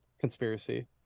conspiracy